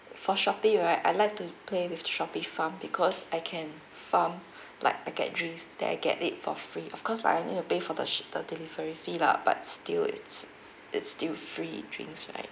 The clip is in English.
for Shopee right I like to play with Shopee farm because I can farm like packet drinks that I get it for free of course like I need to pay for the the delivery fee lah but still it's it's still free drinks right